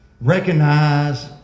Recognize